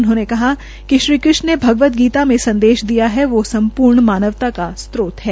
उन्होंने कहा कि श्री कृष्ण ने भगवत गीता मे संदेश दिया है वह सम्पूर्ण मानवता का स्त्रोत है